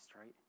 right